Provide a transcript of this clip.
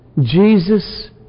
Jesus